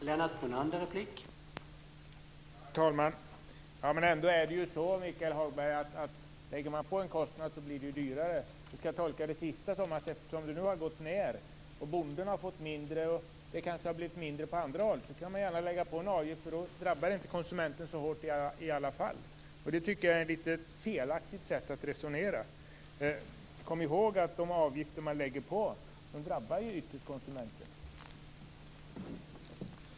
Herr talman! Men det är ju ändå så, Michael Hagberg, att det blir dyrare om man lägger på en kostnad. Skall jag tolka det sistnämnda så att eftersom priset har gått ned och bonden och kanske andra har fått mindre, kan man gärna lägga på en avgift - det drabbar i alla fall inte konsumenten så hårt. Jag tycker att det är ett litet felaktigt sätt att resonera. Kom ihåg att de avgifter som man lägger på ytterst drabbar konsumenterna!